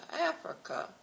Africa